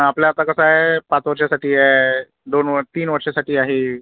आपल्या आता कसं आहे पाच वर्षांसाठी आहे दोन व तीन वर्षांसाठी आहे